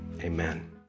amen